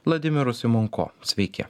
vladimiru simonko sveiki